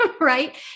right